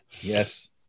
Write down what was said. Yes